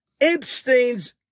Epstein's